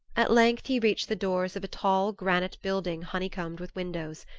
at length he reached the doors of a tall granite building honey-combed with windows.